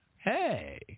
Hey